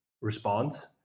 response